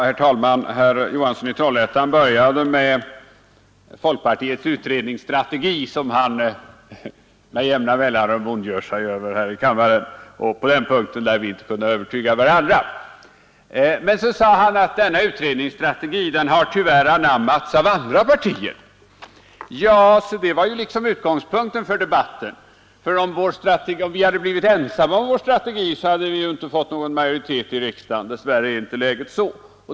Herr talman! Herr Johansson i Trollhättan började med att tala om folkpartiets utredningsstrategi som han med jämna mellanrum ondgör sig över här i kammaren. På den punkten lär vi inte kunna övertyga varandra. Herr Johansson sade att denna utredningsstrategi tyvärr har anammats av andra partier. Ja, det var liksom utgångspunkten för debatten! Om vi hade varit ensamma om vår strategi hade vi inte fått någon majoritet i riksdagen. Sådant är läget dess värre.